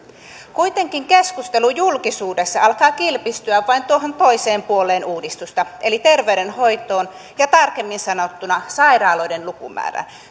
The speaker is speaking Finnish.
kuitenkin keskustelu julkisuudessa alkaa kilpistyä vain tuohon toiseen puoleen uudistusta eli terveydenhoitoon ja tarkemmin sanottuna sairaaloiden lukumäärään